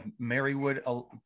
Marywood